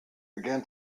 began